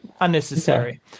unnecessary